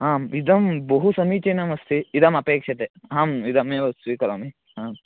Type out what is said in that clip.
आम् इदं बहु समीचीनम् अस्ति इदं अपेक्षते आम् इदमेव स्वीकरोमि हा